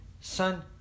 son